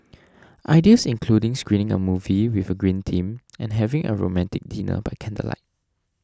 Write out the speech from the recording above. ideas include screening a movie with a green theme and having a romantic dinner by candlelight